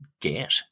get